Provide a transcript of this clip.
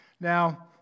Now